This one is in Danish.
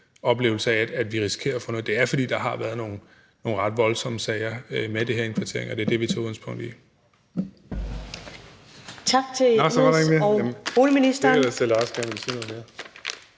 oplevelse af, at vi risikerer at få nogle sager. Det er, fordi der har været nogle ret voldsomme sager med det her indkvartering, og det er det, vi tager udgangspunkt i. Kl. 15:10 Første